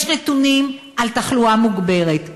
יש נתונים על תחלואה מוגברת,